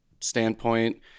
standpoint